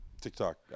TikTok